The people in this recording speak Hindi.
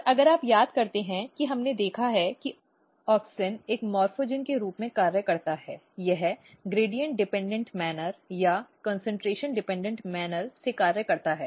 और अगर आप याद करते हैं कि हमने देखा है कि ऑक्सिन एक मोर्फोजेन के रूप में कार्य करता है यह ग्रेडिएंट डिपेंडेंट तरीके या कॉन्सनट्रेशन डिपेंडेंट तरीके से कार्य करता है